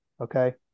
okay